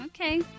Okay